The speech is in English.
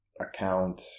account